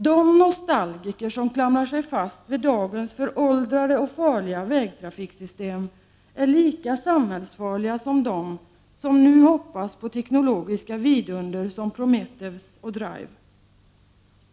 De nostalgiker som klamrar sig fast vid dagens föråldrade och farliga vägtrafiksystem är lika samhällsfarliga som de som nu hoppas på teknologiska vidunder som Prometheus och DRIVE.